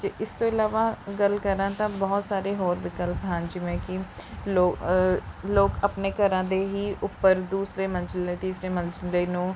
ਜੇ ਇਸ ਤੋਂ ਇਲਾਵਾ ਗੱਲ ਕਰਾਂ ਤਾਂ ਬਹੁਤ ਸਾਰੇ ਹੋਰ ਵਿਕਲਪ ਹਨ ਜਿਵੇਂ ਕਿ ਲੋ ਲੋਕ ਆਪਣੇ ਘਰਾਂ ਦੇ ਹੀ ਉੱਪਰ ਦੂਸਰੇ ਮੰਜ਼ਿਲ ਤੀਸਰੇ ਮੰਜ਼ਿਲ ਦੇ ਨੂੰ